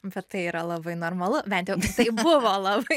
bet tai yra labai normalu bent jau tai buvo labai